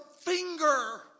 finger